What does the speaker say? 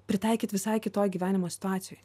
pritaikyt visai kitoj gyvenimo situacijoj